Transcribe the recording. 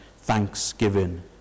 thanksgiving